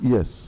Yes